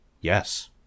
Yes